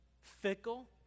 Fickle